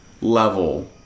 level